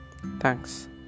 Thanks